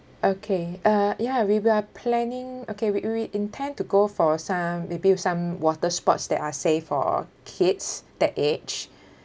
okay uh ya we were planning okay we~ we intend to go for some maybe water sports that are safe for kids that age